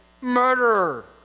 murderer